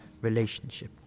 relationship